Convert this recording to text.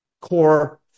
Core